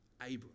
abram